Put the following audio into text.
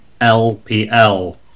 LPL